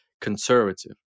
conservative